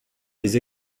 les